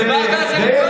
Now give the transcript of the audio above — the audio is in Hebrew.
אבל דודי, דיברת על זה קודם.